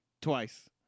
twice